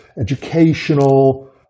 educational